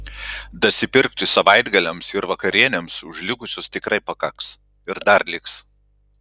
dasipirkti savaitgaliams ir vakarienėms už likusius tikrai pakaks ir dar liks